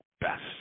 best